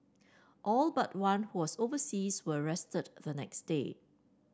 all but one who was overseas were rearrested the next day